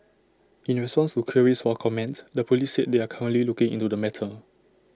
in response to queries for comment the Police said they are currently looking into the matter